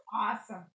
Awesome